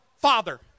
Father